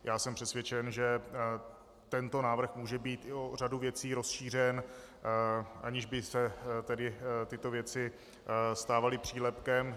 Já jsem přesvědčen, že tento návrh může být o řadu věcí rozšířen, aniž by se tyto věci stávaly přílepkem.